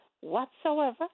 whatsoever